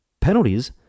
penalties